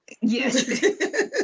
Yes